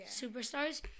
superstars